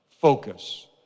focus